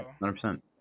100%